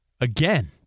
again